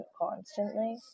constantly